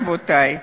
רבותי?